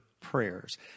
prayers